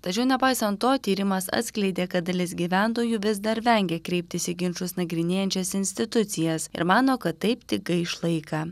tačiau nepaisant to tyrimas atskleidė kad dalis gyventojų vis dar vengia kreiptis į ginčus nagrinėjančias institucijas ir mano kad taip tik gaiš laiką